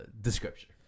description